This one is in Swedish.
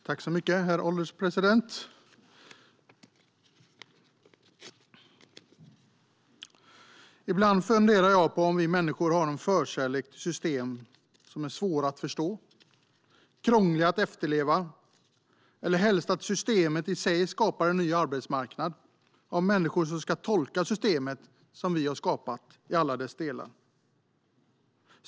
Herr ålderspresident! Ibland funderar jag på om vi människor har en förkärlek för system som är svåra att förstå och krångliga att efterleva. Helst verkar vi vilja att systemet i sig skapar en ny arbetsmarknad av människor som ska tolka det system som vi har skapat i alla dess delar.